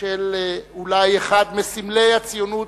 של אולי אחד מסמלי הציונות,